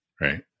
Right